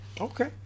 Okay